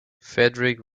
fedric